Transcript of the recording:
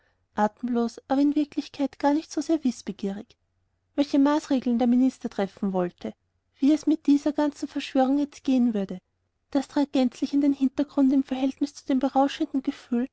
atemlos aber in wirklichkeit gar nicht so sehr wißbegierig welche maßregeln der minister treffen wollte wie es mit dieser ganzen verschwörung jetzt gehen würde das trat gänzlich in den hintergrund im verhältnis zu dem berauschenden gefühl